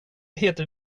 heter